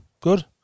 good